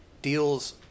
deals